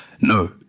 No